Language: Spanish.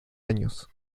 años